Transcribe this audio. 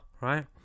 right